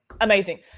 Amazing